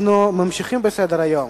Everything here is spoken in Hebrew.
אנחנו ממשיכים בסדר-היום,